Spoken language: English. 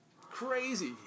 Crazy